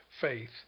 faith